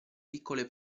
piccole